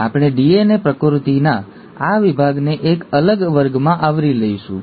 આપણે ડીએનએ પ્રતિકૃતિના આ વિભાગને એક અલગ વર્ગમાં આવરી લઈશું